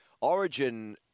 origin